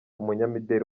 umunyamideri